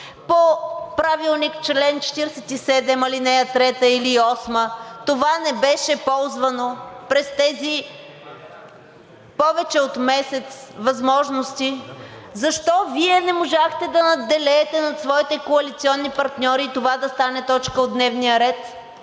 по Правилник – чл. 47, ал. 3 или ал. 8, това не беше ползвано през тези – повече от месец, възможности? Защо Вие не можахте да надделеете над своите коалиционни партньори това да стане точка от дневния ред?